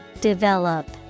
Develop